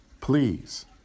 please